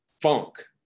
funk